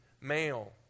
Male